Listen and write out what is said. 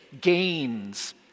gains